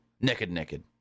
naked-naked